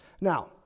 Now